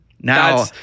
now